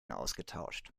ausgetauscht